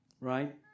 right